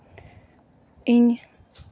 ᱤᱧ